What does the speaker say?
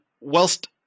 whilst